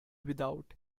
without